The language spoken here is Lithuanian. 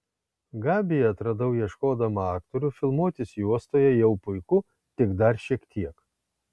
gabiją atradau ieškodama aktorių filmuotis juostoje jau puiku tik dar šiek tiek